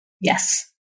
Yes